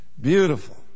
beautiful